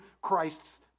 Christ's